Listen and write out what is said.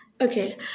Okay